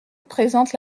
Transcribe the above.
présentent